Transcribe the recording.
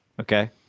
Okay